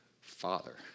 father